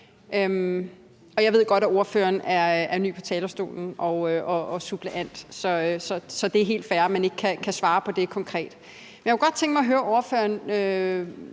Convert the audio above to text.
Jeg ved godt, at ordføreren er ny på talerstolen og suppleant, så det er helt fair, at man ikke kan svare på det konkret. Men jeg kunne godt tænke mig høre ordføreren